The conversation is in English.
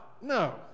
No